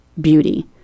beauty